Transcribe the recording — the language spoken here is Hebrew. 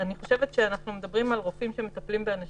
אנחנו מדברים על רופאים שמטפלים באנשים,